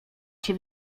się